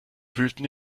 wühlten